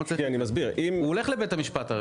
הוא הולך לבית המשפט.